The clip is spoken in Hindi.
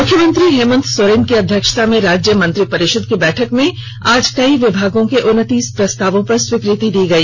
मुख्यमंत्री हेमंत सोरेन की अध्यक्षता में राज्य मंत्रिपरिषद की बैठक में आज कई विभागों के उनतीस प्रस्तावों पर स्वीकृति दी गई